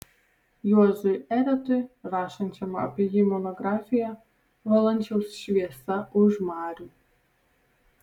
juozui eretui rašančiam apie jį monografiją valančiaus šviesa už marių